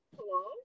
Hello